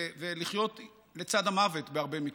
לחיות לצד המוות בהרבה מקרים.